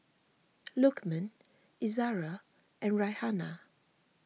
Lukman Izara and Raihana